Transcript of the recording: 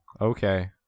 okay